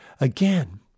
again